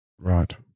right